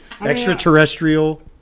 Extraterrestrial